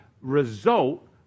result